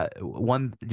one